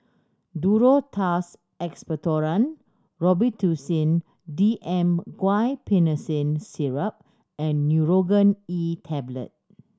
Duro Tuss Expectorant Robitussin D M Guaiphenesin Syrup and Nurogen E Tablet